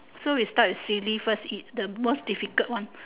so we start with silly first it's the most difficult one